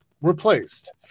replaced